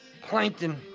Plankton